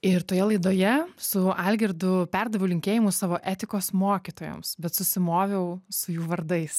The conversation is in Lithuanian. ir toje laidoje su algirdu perdaviau linkėjimus savo etikos mokytojoms bet susimoviau su jų vardais